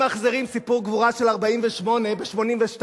לא ממחזרים סיפור גבורה של 1948 ב-1982.